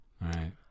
right